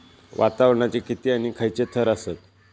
वातावरणाचे किती आणि खैयचे थर आसत?